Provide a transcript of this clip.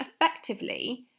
effectively